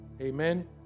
Amen